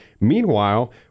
Meanwhile